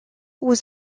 was